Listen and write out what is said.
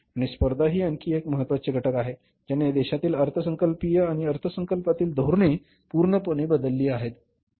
आणि स्पर्धा हे आणखी एक महत्त्वाचे घटक आहे ज्याने देशातील अर्थसंकल्पीय आणि अर्थसंकल्पातील धोरणे पूर्णपणे बदलली आहेत